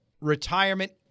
retirement